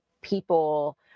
people